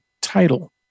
title